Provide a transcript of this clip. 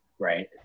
right